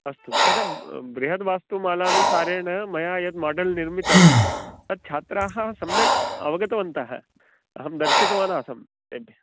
अस्तु तद् बॄ बृहद्वास्तुशास्त्रमालानुसारेण मया यत् माडल् निर्मितं तत् छात्राः सम्यक् अवगतवन्तः अहं दर्शितवान् आसं यत्